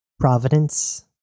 Providence